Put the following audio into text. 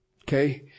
Okay